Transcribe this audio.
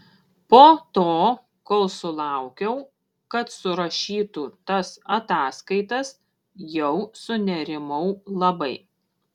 po to kol sulaukiau kad surašytų tas ataskaitas jau sunerimau labai